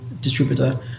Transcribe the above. distributor